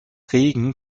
regen